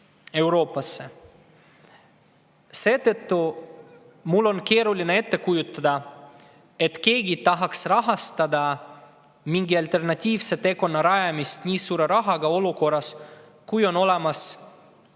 Seetõttu on mul keeruline ette kujutada, et keegi tahaks rahastada mingi alternatiivse teekonna rajamist nii suure rahaga, olukorras, kus on olemas lihtsam